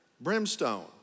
brimstone